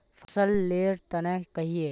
फसल लेर तने कहिए?